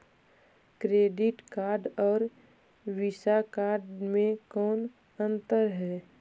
Credit card और Visa card मे कौन अन्तर है?